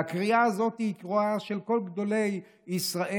והקריאה הזאת היא קריאה של כל גדולי ישראל.